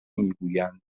میگویند